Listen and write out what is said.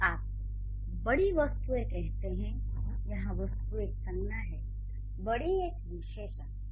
जब आप 'बड़ी वस्तुएँ' कहते हैं यहाँ 'वस्तु' एक संज्ञा है 'बड़ी' एक विशेषण